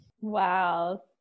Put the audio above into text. Wow